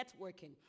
networking